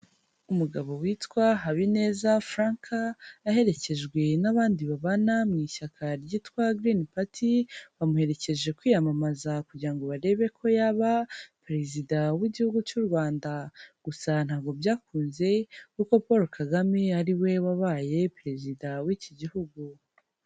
Umugabo witwa Habineza Frank, aherekejwe n'abandi babana mu ishyaka ryitwa Green Party bamuherekeje kwiyamamaza kugira ngo barebe ko yaba perezida w'igihugu cy'u Rwanda, gusa ntabwo byakunze kuko Paul Kagame ari we wabaye perezida w'iki gihugu.